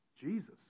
Jesus